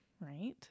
right